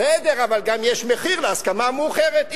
בסדר, אבל גם יש מחיר להסכמה מאוחרת.